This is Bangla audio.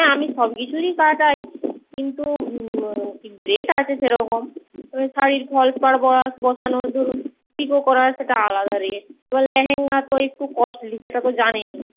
হ্যাঁ আমি সব কিছুরই কাটাই কিন্তু রেট আছে সেরকম তো শাড়ির ফল পাড় বসানো ধরুন পিকো করা সেটার আলাদা রেট আর লেহেঙ্গা তো একটু কস্টলি সেটা তো জানেনই